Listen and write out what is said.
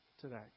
today